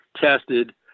tested